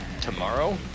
tomorrow